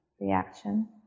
reaction